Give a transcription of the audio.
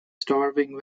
starving